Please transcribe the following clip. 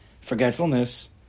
forgetfulness